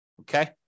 Okay